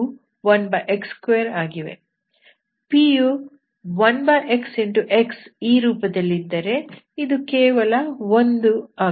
x ಈ ರೂಪದಲ್ಲಿದ್ದರೆ ಇದು ಕೇವಲ 1 ಆಗುತ್ತದೆ